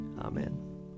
Amen